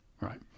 Right